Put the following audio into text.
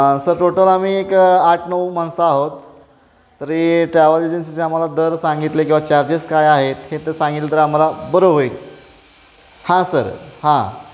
sir total आम्ही एक आठ नऊ माणसं आहोत तरी ट्रॅव्हल एजन्सीचे आम्हाला दर सांगितले किंवा चार्जेस काय आहेत हे तर सांगितलं तर आम्हाला बरं होईल हां सर हां